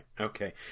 Okay